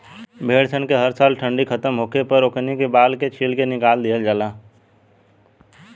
भेड़ सन के हर साल ठंडी खतम होखे पर ओकनी के बाल के छील के निकाल दिहल जाला